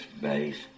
base